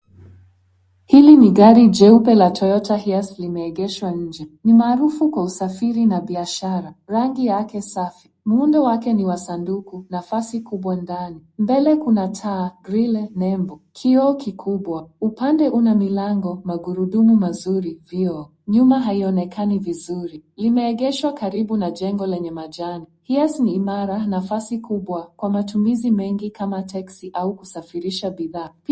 Hili ni gari jeupe la Toyota Hiace limeegeshwa nje. Ni maarufu kwa usafiri na biashara. Rangi yake safi. Muundo wake ni wa sanduku, nafasi kubwa ndani. Mbele kuna taa, grill , nembo, kioo kikubwa. Upande una milango, magurudumu mazuri, vioo. Nyuma haionekani vizuri. Limeegeshwa karibu na jengo lenye jengo la majani. Hiace ni imara, nafasi kubwa kwa matumizi mengi kama teksi au kusafirisha bidhaa.